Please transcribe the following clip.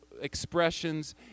expressions